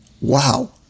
wow